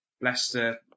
Leicester